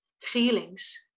feelings